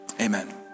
amen